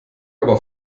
aber